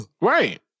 Right